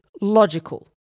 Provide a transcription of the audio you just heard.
logical